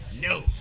No